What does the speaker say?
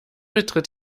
betritt